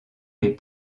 les